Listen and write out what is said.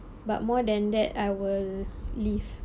but more than that I will leave